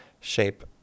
shape